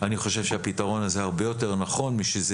אני חושב שהפתרון הזה הרבה יותר נכון משזה